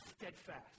steadfast